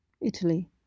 Italy